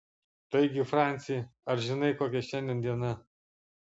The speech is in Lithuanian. taigi franci ar žinai kokia šiandien diena